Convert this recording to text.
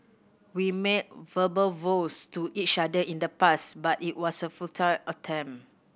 we made verbal vows to each other in the past but it was a futile attempt